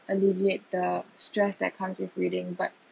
alleviate the stress that comes with reading but